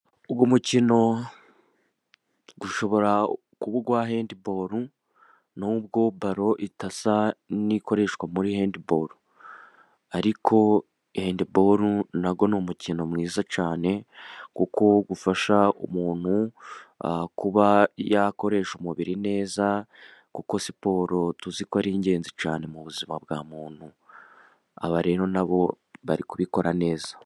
Uyu mukino ushobora kuba uwa hendiboro n'ubwo baro idasa n'ikoreshwa muri hendiboro. Ariko hendiboro nawo ni umukino mwiza cyane, kuko ufasha umuntu kuba yakoresha umubiri neza, kuko siporo tuzi ko ari ingenzi cyane mu buzima bwa muntu. Aba rero nabo bari kubikora neza.